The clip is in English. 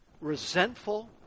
resentful